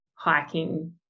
Hiking